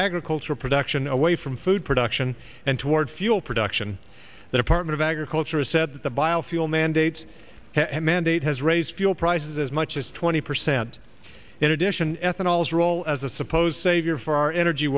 agricultural production away from food production and toward fuel production the department of agriculture has said that the biofuel mandates mandate has raised fuel prices as much as twenty percent in addition ethanol is role supposed savior for our energy